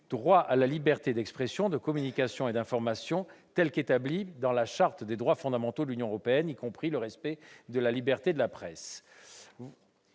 droit à la liberté d'expression, de communication et d'information, telle qu'établie dans la Charte des droits fondamentaux de l'Union européenne, y compris le respect de la liberté de la presse.